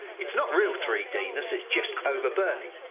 it's not real three d'ness, it's just over burning.